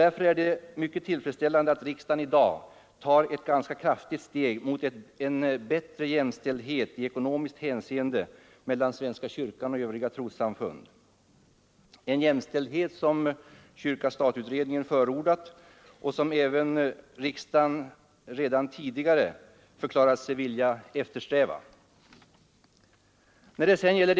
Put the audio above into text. Därför är det mycket tillfredsställande att riksdagen i dag tar ett ganska kraftigt steg mot den bättre jämställdhet i ekonomiskt hänseende mellan svenska kyrkan och övriga trossamfund — en jämställdhet som kyrka—statutredningen förordat och som även riksdagen redan tidigare förklarat sig vilja eftersträva.